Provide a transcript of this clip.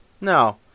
No